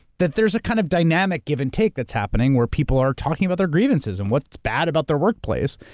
that there's a kind of dynamic give and take that's happening where people are talking about their grievances and what's bad about their workplace.